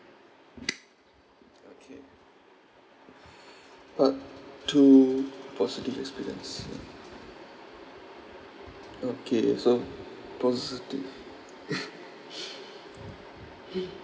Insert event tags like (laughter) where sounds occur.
okay (breath) part two positive experience okay so positive (laughs)